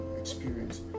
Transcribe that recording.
experience